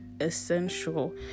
essential